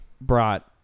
brought